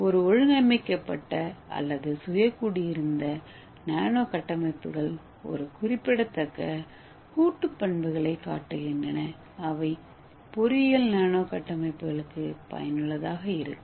ஒரு ஒழுங்கமைக்கப்பட்ட அல்லது சுய கூடியிருந்த நானோ கட்டமைப்புகள் ஒரு குறிப்பிடத்தக்க கூட்டு பண்புகளைக் காட்டுகின்றன அவை பொறியியல் நானோ கட்டமைப்புகளுக்கு பயனுள்ளதாக இருக்கும்